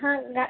ಹಾಂಗೆ ಹಾಂ